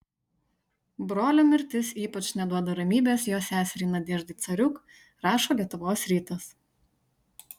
brolio mirtis ypač neduoda ramybės jo seseriai nadeždai cariuk rašo lietuvos rytas